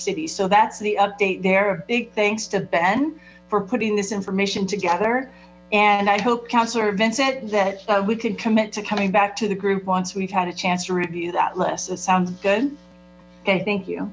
cities so that's the update there a big thanks to ben for putting this information together and i hope councilor vincent that we could commit to coming back to the group once we've had a chance to review that list it sounds good thank you